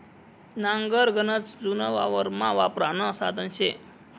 नांगर गनच जुनं वावरमा वापरानं साधन शे